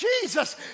Jesus